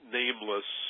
nameless